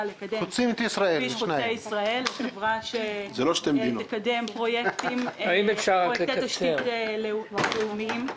לקדם את כביש חוצה ישראל לחברה שתקדם פרויקטי תשתית לאומיים,